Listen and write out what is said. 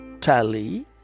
tally